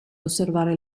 osservare